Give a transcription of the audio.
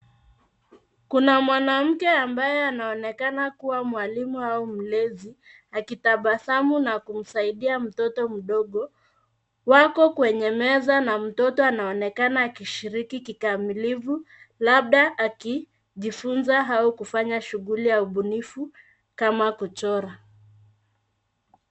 Kuna mwanamke ambaye anaonekana kuwa mwalimu au mlezi akitabasamu na kumsaidia mtoto mdogo . Wako kwenye meza na mtoto anaonekana akishiriki kikamilifu labda akijifunza au kufanya shuguuli ya ubunifu kama kuchora.